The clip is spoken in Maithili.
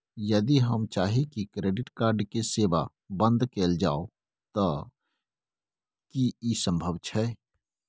यदि हम चाही की क्रेडिट कार्ड के सेवा बंद कैल जाऊ त की इ संभव छै?